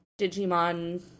Digimon